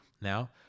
now